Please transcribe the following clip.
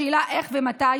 השאלה היא איך ומתי.